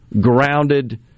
grounded